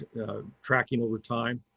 tracking over time.